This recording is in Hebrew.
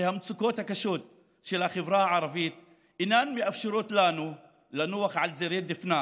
כי המצוקות הקשות של החברה הערבית אינן מאפשרות לנו לנוח על זרי דפנה